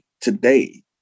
today